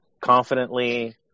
confidently